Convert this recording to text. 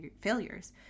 failures